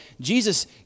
Jesus